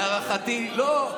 לא.